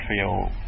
feel